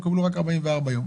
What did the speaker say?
הם יקבלו רק 44 יום.